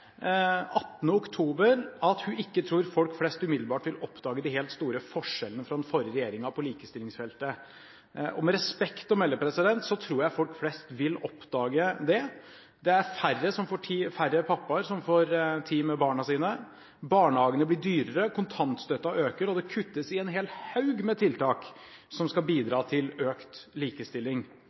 18. oktober at hun ikke «tror folk flest umiddelbart vil oppdage de helt store forskjellene fra den forrige regjeringen» på likestillingsfeltet. Med respekt å melde tror jeg folk flest vil oppdage det. Det er færre pappaer som får tid med barna sine, barnehagene blir dyrere, kontantstøtten øker, og det kuttes i en hel haug med tiltak som skal bidra til økt likestilling.